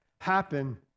happen